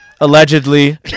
Allegedly